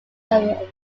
are